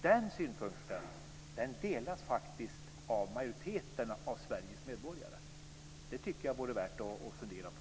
Den synpunkten delas faktiskt av majoriteten av Sveriges medborgare. Det tycker jag vore värt att fundera på.